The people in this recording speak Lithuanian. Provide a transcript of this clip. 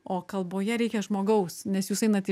o kalboje reikia žmogaus nes jūs einat į